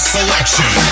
Selection